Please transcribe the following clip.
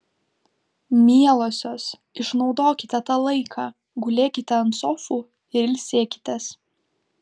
mielosios išnaudokite tą laiką gulėkite ant sofų ir ilsėkitės